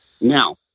Now